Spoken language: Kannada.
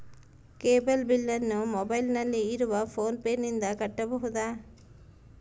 ಕೇಬಲ್ ಬಿಲ್ಲನ್ನು ಮೊಬೈಲಿನಲ್ಲಿ ಇರುವ ಫೋನ್ ಪೇನಿಂದ ಕಟ್ಟಬಹುದಾ?